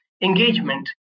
engagement